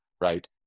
right